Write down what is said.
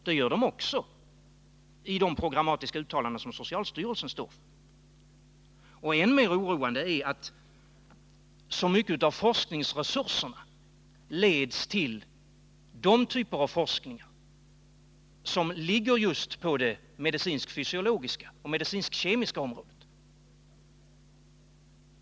Det gör den också i de programatiska uttalanden som socialstyrelsen står för. Än mer oroande är att så mycket av forskningsresurserna leds till de typer av forskning som ligger just på det medicinskt-fysiologiska och det medicinskt-kemiska området.